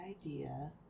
idea